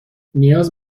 نیاز